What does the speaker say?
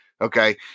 Okay